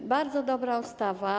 To bardzo dobra ustawa.